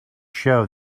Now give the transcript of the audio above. show